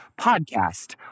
podcast